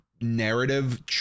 narrative